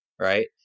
right